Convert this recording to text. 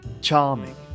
charming